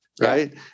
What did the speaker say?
right